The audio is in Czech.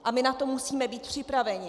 A my na to musíme být připraveni.